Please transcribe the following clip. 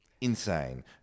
insane